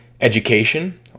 Education